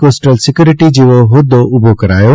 coastal security જેવો હોદ્દો ઉભો કરાયો